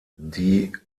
die